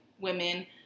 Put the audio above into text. women